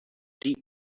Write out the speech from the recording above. deep